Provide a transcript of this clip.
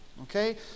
Okay